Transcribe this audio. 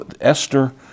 Esther